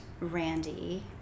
Randy